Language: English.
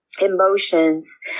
emotions